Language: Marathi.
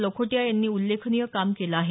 लखोटिया यांनी उल्लेखनीय काम केलं आहे